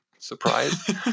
surprise